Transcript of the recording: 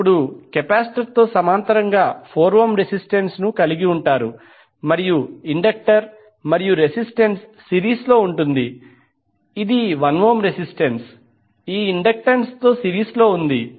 మీరు ఇప్పుడు కెపాసిటర్తో సమాంతరంగా 4 ఓం రెసిస్టెన్స్ ను కలిగి ఉంటారు మరియు ఇండక్టరు మరియు రెసిస్టెన్స్ సిరీస్లో ఉంటుంది ఇది 1 ఓం రెసిస్టెన్స్ ఈ ఇండక్టెన్స్తో సిరీస్లో ఉంది